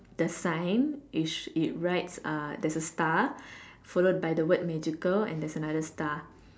the sign is it writes uh there's a star followed by the word magical and there's another star